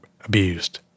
abused